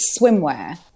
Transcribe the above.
swimwear